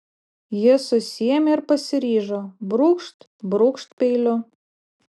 ji susiėmė ir pasiryžo brūkšt brūkšt peiliu